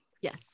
Yes